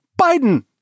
Biden